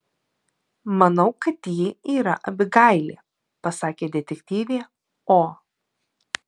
manau kad ji yra abigailė pasakė detektyvė o